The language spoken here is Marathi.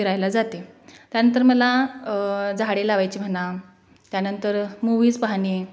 फिरायला जाते त्यानंतर मला झाडे लावायची म्हणा त्यानंतर मुव्हीज पाहणे